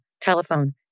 Telephone